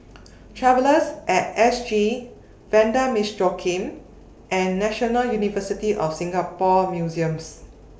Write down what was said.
Travellers At S G Vanda Miss Joaquim and National University of Singapore Museums